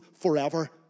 forever